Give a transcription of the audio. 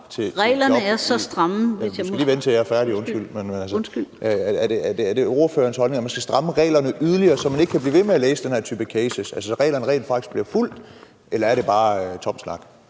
Emil med det samme mister dagpengene, når han siger nej til et job? Er det ordførerens holdning, at man skal stramme reglerne yderligere, så man ikke kan blive ved med at læse den her type cases, så reglerne rent faktisk bliver fulgt, eller er det bare tom snak?